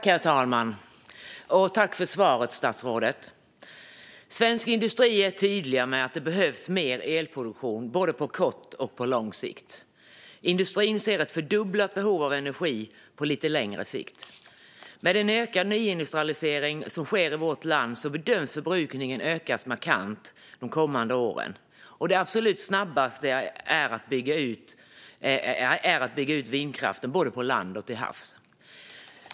Herr talman! Svensk industri är tydlig med att det behövs mer elproduktion både på kort och på lång sikt. Industrin ser ett fördubblat behov av energi på lite längre sikt. Med den ökade nyindustrialiseringen som sker i vårt land bedöms förbrukningen öka markant de kommande åren, och det absolut snabbaste är att bygga ut vindkraften både på land och till havs.